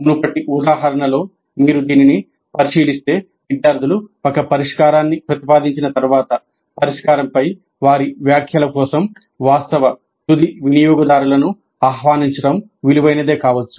మునుపటి ఉదాహరణలో మీరు దీనిని పరిశీలిస్తే విద్యార్థులు ఒక పరిష్కారాన్ని ప్రతిపాదించిన తర్వాత పరిష్కారంపై వారి వ్యాఖ్యల కోసం వాస్తవ తుది వినియోగదారులను ఆహ్వానించడం విలువైనదే కావచ్చు